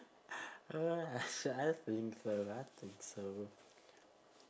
I think so I think so